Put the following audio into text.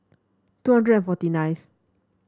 two hundred and forty nineth